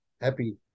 happy